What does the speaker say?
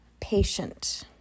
patient